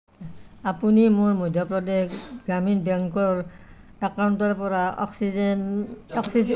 আপুনি মোৰ মধ্য প্ৰদেশ গ্ৰামীণ বেংকৰ একাউণ্টৰ পৰা মোৰ অক্সিজেন